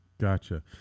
gotcha